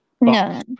No